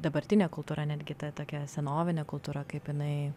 dabartinė kultūra netgi ta tokia senovinė kultūra kaip jinai